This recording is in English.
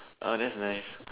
oh that's nice